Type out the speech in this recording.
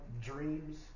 dreams